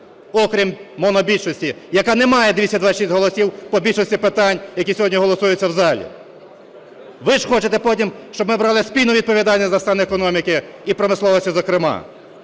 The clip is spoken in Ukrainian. окрім монобільшості, яка не має 226 голосів по більшості питань, які сьогодні голосуються в залі? Ви ж хочете потім, щоб ми брали спільну відповідальність за стан економіки і промисловості, зокрема.